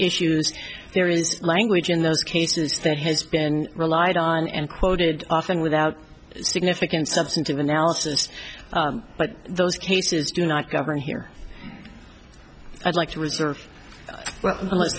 issues there is language in those cases that has been relied on and quoted often without significant substantive analysis but those cases do not govern here i'd like to reserve well unless